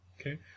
Okay